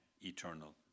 eternal